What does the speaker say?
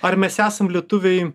ar mes esam lietuviai